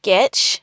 Sketch